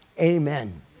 Amen